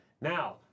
now